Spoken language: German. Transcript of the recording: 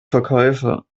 verkäufer